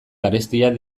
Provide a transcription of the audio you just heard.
garestiak